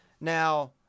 Now